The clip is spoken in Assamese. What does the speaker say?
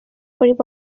কৰিব